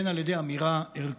הן על ידי אמירה ערכית,